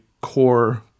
core